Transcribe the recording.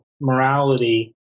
morality